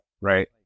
right